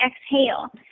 exhale